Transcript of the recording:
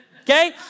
Okay